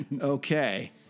Okay